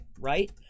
right